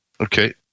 Okay